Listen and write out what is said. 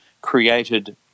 created